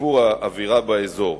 לשיפור האווירה באזור.